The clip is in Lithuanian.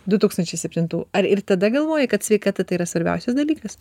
du tūkstančiai septintų ar ir tada galvoji kad sveikata tai yra svarbiausias dalykas